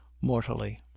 mortally